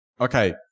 Okay